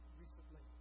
recently